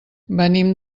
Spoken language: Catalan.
venim